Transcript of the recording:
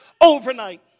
overnight